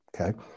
okay